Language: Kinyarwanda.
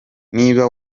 niba